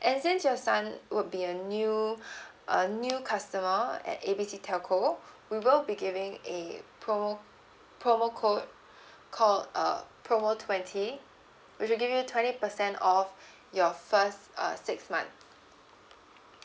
and since your son would be a new a new customer at A B C telco we will be giving a promo promo code called uh promo twenty we'll give you twenty percent off your first uh six month